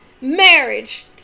marriage